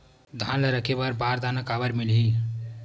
धान ल रखे बर बारदाना काबर मिलही?